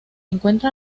encuentra